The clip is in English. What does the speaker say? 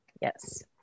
Yes